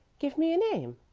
give me a name.